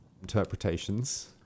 interpretations